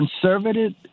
conservative